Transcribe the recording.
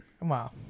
Wow